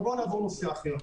אבל בואו נעבור לנושא אחר.